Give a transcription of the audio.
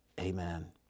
amen